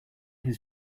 his